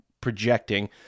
projecting